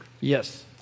Yes